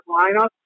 lineup